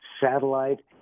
satellite